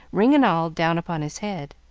ring and all, down upon his head.